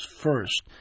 first